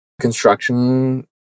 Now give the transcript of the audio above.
Construction